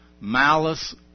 malice